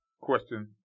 question